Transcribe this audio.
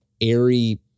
airy